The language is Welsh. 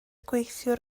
gweithiwr